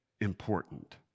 important